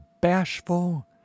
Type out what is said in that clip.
bashful